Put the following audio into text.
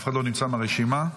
אף אחד מהרשומים לא נמצא?